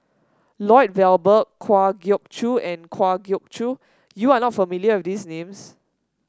Lloyd Valberg Kwa Geok Choo and Kwa Geok Choo you are not familiar with these names